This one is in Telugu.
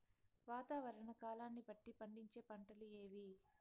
వాతావరణ కాలాన్ని బట్టి పండించే పంటలు ఏవి?